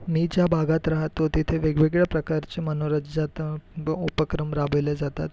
मी ज्या भागात राहतो तिथे वेगवेगळ्या प्रकारचे मनोरंजाता उपक्रम राबविले जातात